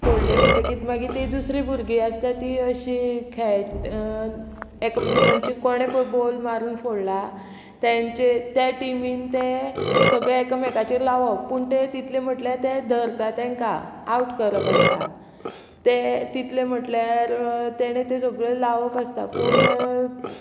फोडले म्हणटकीत मागीर ती दुसरी भुरगीं आसता ती अशी खेळ एक म्हणजे कोणें पळय बॉल मारून फोडला तेंचे त्या टिमीन ते सगळे एकामेकाचेर लावप पूण ते तितले म्हटल्यार ते धरता तांकां आवट करप आसता ते तितले म्हटल्यार तेणें तें सगळें लावप आसता पूण